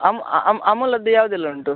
ಅಂ ಅಮೂಲದ್ದು ಯಾವುದೆಲ್ಲ ಉಂಟು